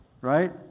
right